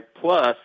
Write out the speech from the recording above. plus